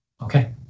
okay